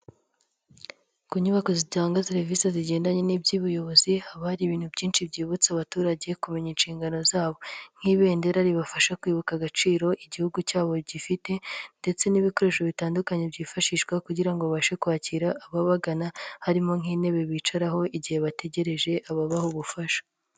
Ku nyubako zitanga serivisi zigendanye n'iby'ubuyobozi haba hari ibintu byinshi byibutsa abaturage kumenya inshingano zabo, nk'ibendera ribafasha kwibuka agaciro igihugu cyabo gifite ndetse n'ibikoresho bitandukanye byifashishwa kugira ngo babashe kwakira ababagana harimo nk'intebe bicaraho igihe bategereje ababaha ubufasha.